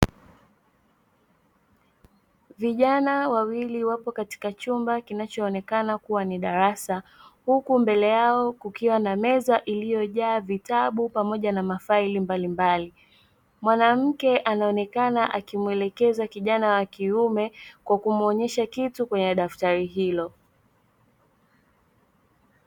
Vijana wawili wapo katika chumba kinachoonekana kuwa ni darasa, huku mbele yao kukiwa na meza iliyojaa vitabu pamoja na mafaili mbalimbali. Mwanamke anaonekana akimwelekeza kijana wa kiume, kwa kumwonyesha kitu kwenye daftari hilo